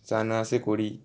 করি